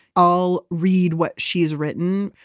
i'll read what she has written.